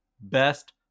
best